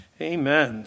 Amen